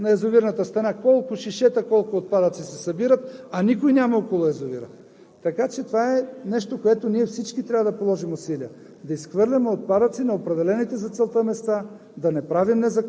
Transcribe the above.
там няма сметища, има само рибари. Вижте при вятър на язовирната стена колко шишета, колко отпадъци се събират, а никой няма около язовира. Така че това е нещо, за което ние всички трябва да положим усилия,